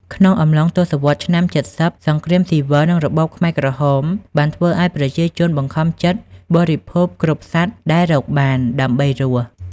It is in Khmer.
ក្នុងអំឡុងទសវត្សរ៍ឆ្នាំ ៧០ សង្គ្រាមស៊ីវិល និងរបបខ្មែរក្រហមបានធ្វើឱ្យប្រជាជនបង្ខំចិត្តបរិភោគគ្រប់សត្វដែលរកបានដើម្បីរស់។